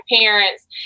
parents